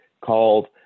called